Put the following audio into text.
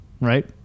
right